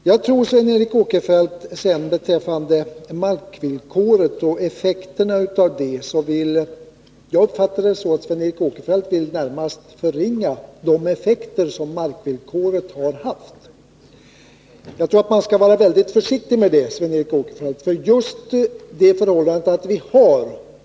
Jag uppfattade det så att Sven Eric Åkerfeldt närmast vill förringa de effekter som markvillkoret har haft. Jag tror att man skall vara försiktig med det, Sven Eric Åkerfeldt.